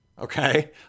okay